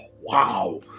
Wow